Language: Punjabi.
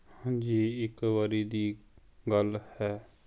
ਹਾਂਜੀ ਇੱਕ ਵਾਰੀ ਦੀ ਗੱਲ ਹੈ